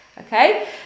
okay